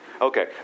Okay